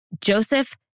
Joseph